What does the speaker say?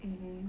mmhmm